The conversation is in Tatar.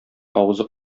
авызы